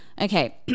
Okay